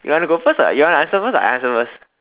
you want to go first or you want to answer first or I answer first